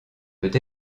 peut